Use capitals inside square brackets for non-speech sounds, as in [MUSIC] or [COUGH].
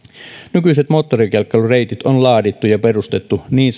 nykyiset moottorikelkkailureitit on laadittu ja perustettu niin [UNINTELLIGIBLE]